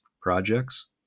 projects